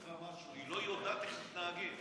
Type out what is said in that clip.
רק אין אישור להיות במדרכה הזאת.